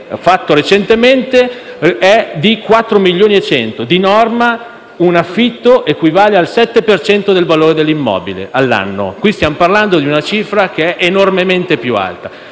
fatto recentemente, è di 4,1 milioni. Di norma, un affitto equivale al sette per cento del valore dell'immobile all'anno; qui stiamo parlando di una cifra enormemente più alta.